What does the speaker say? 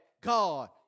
God